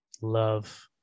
Love